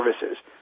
services